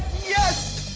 yes!